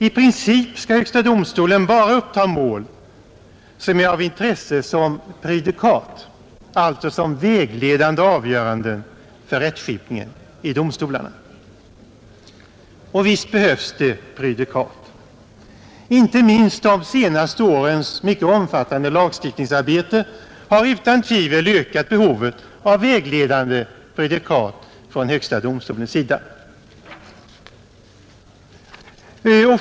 I princip skall högsta domstolen bara uppta mål som är av intresse som prejudikat, alltså som vägledande avgöranden för rättsskipningen i domstolarna. Och visst behövs det prejudikat. Inte minst de senaste årens mycket omfattande lagstiftningsarbete har utan tvivel ökat behovet av vägledande prejudikat från högsta domstolens sida.